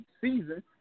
season